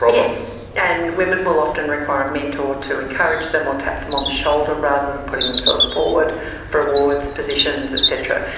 yes. and women will often require a mentor to encourage them or tap them on the shoulder rather than putting themselves forward for awards, positions, et cetera.